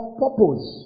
purpose